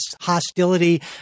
hostility